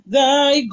thy